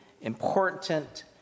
important